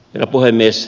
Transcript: herra puhemies